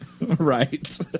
Right